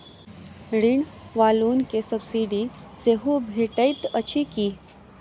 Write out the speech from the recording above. ऋण वा लोन केँ सब्सिडी सेहो भेटइत अछि की?